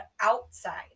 outside